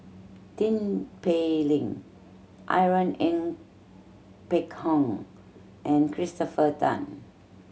Tin Pei Ling Irene Ng Phek Hoong and Christopher Tan